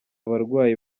abarwanyi